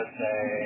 say